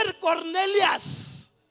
Cornelius